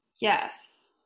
Yes